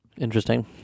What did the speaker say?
Interesting